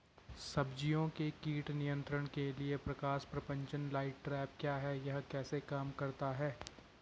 सब्जियों के कीट नियंत्रण के लिए प्रकाश प्रपंच लाइट ट्रैप क्या है यह कैसे काम करता है?